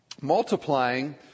multiplying